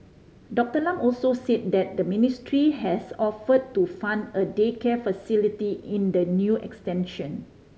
Doctor Lam also said that the ministry has offered to fund a daycare facility in the new extension